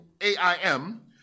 A-I-M